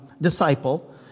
disciple